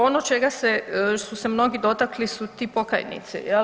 Ono čega se, su se mnogi dotakli su ti pokajnici jel.